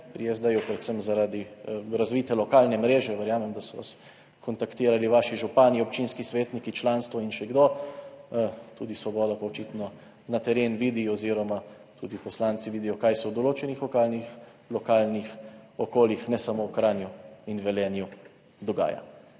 Pri SD predvsem zaradi razvite lokalne mreže; verjamem, da so vas kontaktirali vaši župani, občinski svetniki, članstvo in še kdo. Tudi Svoboda, očitno, na teren vidi oziroma tudi poslanci vidijo, kaj se v določenih lokalnih okoljih, ne samo v Kranju in Velenju, dogaja.